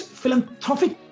philanthropic